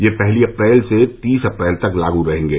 ये पहली अप्रैल से तीस अप्रैल तक लागू रहेंगे